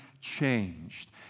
changed